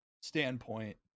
standpoint